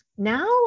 Now